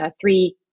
three